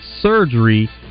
surgery